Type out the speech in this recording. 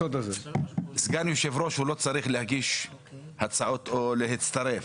סגן יושב-ראש לא צריך להגיש הצעות או להצטרף.